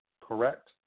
Correct